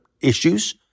issues